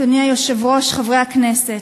אדוני היושב-ראש, חברי הכנסת,